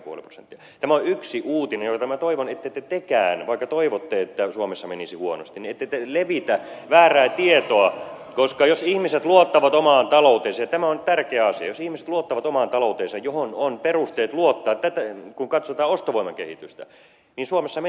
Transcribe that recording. tämä on yksi uutinen ja minä toivon ettette tekään vaikka toivotte että suomessa menisi huonosti levitä väärää tietoa koska jos ihmiset luottavat omaan talouteensa ja tämä on tärkeä asia jos ihmiset luottavat omaan talouteensa johon on perusteet luottaa kun katsotaan ostovoiman kehitystä niin suomessa menee hyvin